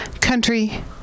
Country